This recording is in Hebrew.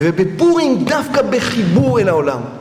ובפורים דווקא בחיבור אל העולם.